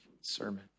sermon